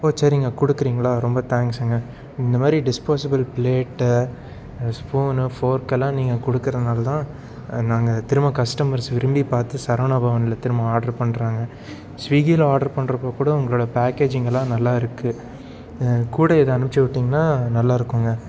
ஓ சரிங்க கொடுக்குறீங்களா ரொம்ப தேங்க்ஸுங்க இந்தமாதிரி டிஸ்போசபிள் ப்ளேட்டு ஸ்பூனு ஃபோர்கெல்லாம் நீங்கள் கொடுக்குறனாலதான் நாங்கள் திரும்ப கஸ்டமர்ஸ்ஸு விரும்பி பார்த்து சரவணா பவனில் திரும்ப ஆட்ரு பண்ணுறாங்க ஸ்விகியில் ஆட்ரு பண்ணுறப்ப கூட உங்களோடய பேக்கேஜிங்கெல்லாம் நல்லா இருக்குது கூட இதை அனுப்ச்சு விட்டிங்கன்னா நல்லா இருக்குங்க